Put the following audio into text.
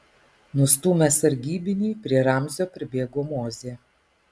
nustūmęs sargybinį prie ramzio pribėgo mozė